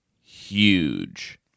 huge